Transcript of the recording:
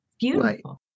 Beautiful